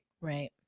Right